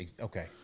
Okay